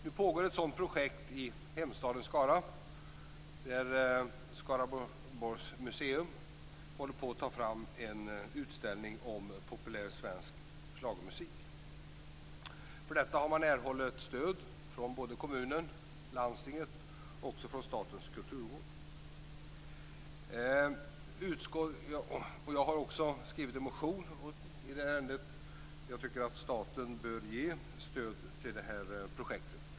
Nu pågår ett sådant projekt i hemstaden Skara. Skaraborgs museum håller på att ta fram en utställning om populär svensk schlagermusik. För detta har man erhållit stöd från både kommunen och landstinget och även från Statens kulturråd. Jag har skrivit en motion i ärendet därför att jag tycker att staten bör ge stöd till projektet.